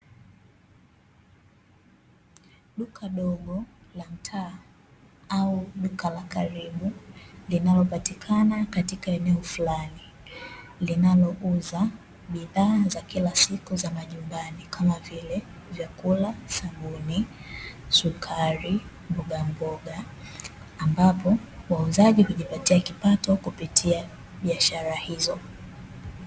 Duka dogo la mtaa au duka la karibu linalopatikana katika eneo fulani, linalouza bidhaa za kila siku za majumbani kama vile: vyakula, sabuni, sukari, mbogamboga; ambapo wauzaji hujipatia kipato kupitia biashara hizo.